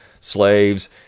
slaves